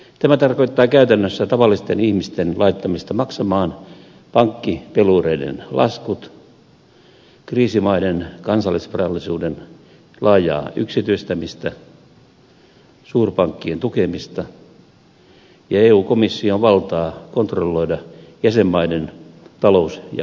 tämä tarkoittaa käytännössä sitä että tavalliset ihmiset laitetaan maksamaan pankkipelureiden laskut kriisimaiden kansallisvarallisuuden laajaa yksityistämistä suurpankkien tukemista ja eu komission valtaa kontrolloida jäsenmaiden talous ja budjettipolitiikkaa